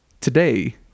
today